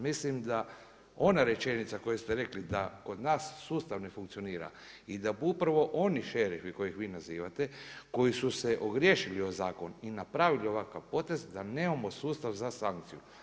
Mislim da ona rečenica koju ste rekli da od nas sustav ne funkcionira i da upravo oni šerifi koje vi nazivate koji su se ogriješili o zakon i napravili ovakav potez da nemamo sustav za sankciju.